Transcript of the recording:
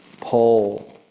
Paul